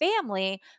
family